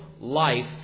life